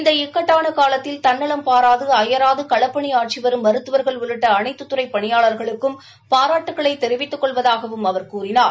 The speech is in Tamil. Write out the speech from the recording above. இந்த இக்கட்டான காலத்தில் தன்னலம் பாராது அயராது களப்பணி ஆற்றி வரும் மருத்துவா்கள் உள்ளிட்ட அனைத்துத்துறை பணியாளா்களுக்கும் பாராட்டுக்களைத் தெரிவித்துக் கொள்வதாகவும் அவா் கூறினார்